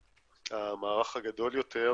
המערך הגדול יותר,